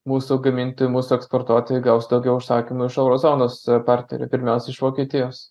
mūsų gamintojų mūsų eksportuotojai gaus daugiau užsakymų iš euro zonos partnerių pirmiausia iš vokietijos